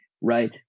right